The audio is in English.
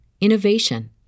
innovation